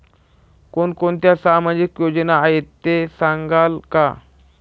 कोणकोणत्या सामाजिक योजना आहेत हे सांगाल का?